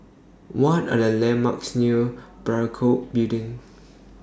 What Are The landmarks near Parakou Building